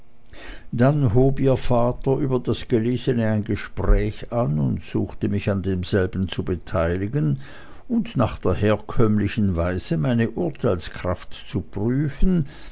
dann hob ihr vater über das gelesene ein gespräch an und suchte mich an demselben zu beteiligen und nach der herkömmlichen weise meine urteilskraft zu prüfen